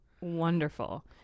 wonderful